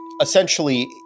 essentially